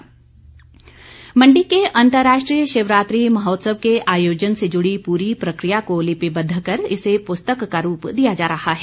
शिवरात्रि महोत्सव मंडी के अंतरराष्ट्रीय शिवरात्रि महोत्सव के आयोजन से जुड़ी पूरी प्रक्रिया को लिपिबद्ध कर इसे पुस्तक का रूप दिया जा रहा है